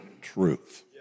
truth